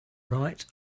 right